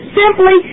simply